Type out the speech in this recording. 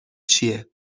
چیه